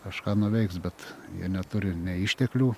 kažką nuveiks bet jie neturi nei išteklių